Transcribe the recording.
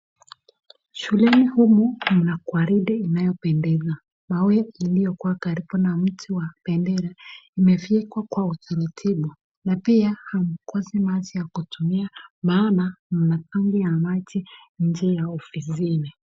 Shuleni humu mna gwaride inayopendeza, mawe iliyokuwa karibu na mti wa bendera imefyekwa kwa utaratibu na pia hamkosi maji ya kutumia maana kuna matenki ya maji nje ya ofisini.